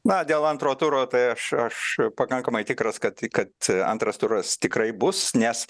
na dėl antro turo tai aš aš pakankamai tikras kad į kad antras turas tikrai bus nes